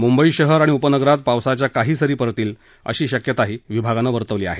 मुंबई शहर आणि उपनगरात पावसाच्या काही सरी पडतील अशी शक्यताही हवामान विभागानं वर्तवली आहे